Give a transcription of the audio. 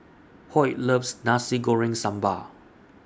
Hoyt loves Nasi Goreng Sambal